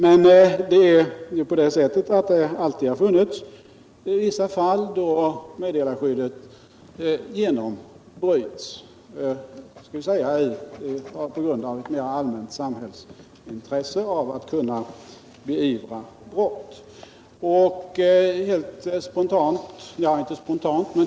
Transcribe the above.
Det har alltid funnits vissa fall då meddelarskyddet genombrutits, på grund av ett mera allmänt samhällsintresse av att kunna beivra brott.